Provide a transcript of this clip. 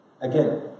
Again